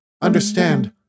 Understand